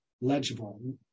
legible